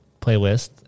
playlist